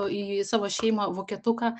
į savo šeimą vokietuką